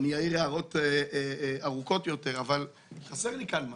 אעיר הערות ארוכות יותר, אבל חסר לי כאן משהו.